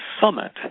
summit